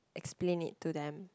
explain it to them